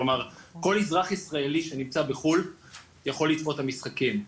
כלומר כל אזרח ישראלי שנמצא בחו"ל יכול לצפות במשחקים,